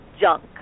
junk